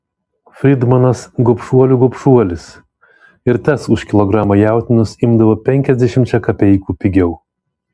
fridmanas gobšuolių gobšuolis ir tas už kilogramą jautienos imdavo penkiasdešimčia kapeikų pigiau